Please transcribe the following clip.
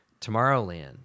Tomorrowland